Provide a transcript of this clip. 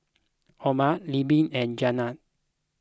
Oma Leila and Janiah